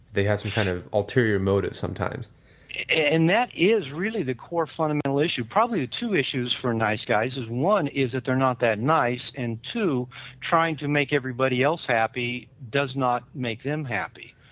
they has a um kind of ulterior motive sometimes and that is really the core fundamental issue. probably two issues for nice guys is, one is that they're not that nice and two trying to make everybody else happy does not make them happy.